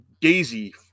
Daisy